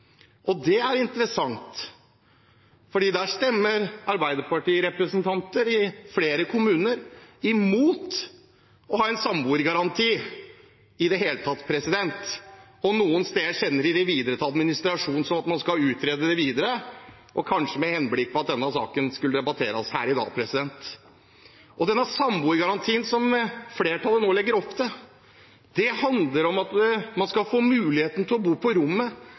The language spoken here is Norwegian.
og det er interessant. Da stemmer Arbeiderparti-representanter i flere kommuner imot å ha en samboergaranti i det hele tatt. Noen steder sender man forslagene videre til administrasjonen for å få det utredet videre, kanskje med henblikk på at denne saken skulle debatteres her i dag. Samboergarantien som flertallet nå legger opp til, handler om at man skal få mulighet til å bo på